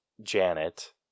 Janet